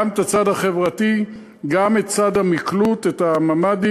גם את הצד החברתי, גם את צד המקלוט, את הממ"דים,